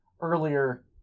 earlier